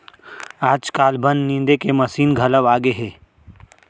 आजकाल बन निंदे के मसीन घलौ आगे हे